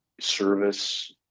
service